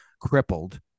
crippled